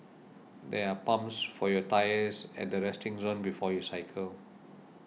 there are pumps for your tyres at the resting zone before you cycle